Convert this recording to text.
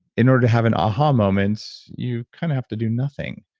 in order to have an a-ha moment, you kind of have to do nothing.